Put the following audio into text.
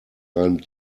einem